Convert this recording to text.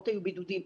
היו פחות בידודים,